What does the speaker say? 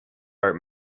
art